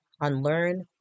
unlearn